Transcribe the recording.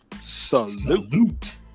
salute